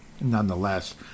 nonetheless